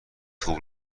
خوب